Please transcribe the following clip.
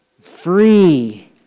free